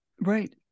Right